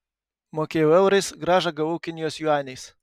mokėjau eurais grąžą gavau kinijos juaniais